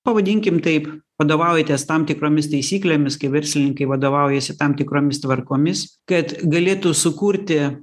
pavadinkim taip vadovaujatės tam tikromis taisyklėmis kai verslininkai vadovaujasi tam tikromis tvarkomis kad galėtų sukurti